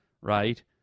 right